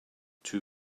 two